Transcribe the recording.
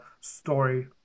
story